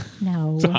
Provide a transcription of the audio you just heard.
No